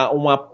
uma